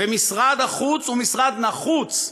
ומשרד החוץ הוא משרד נחוץ,